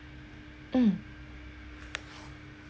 mm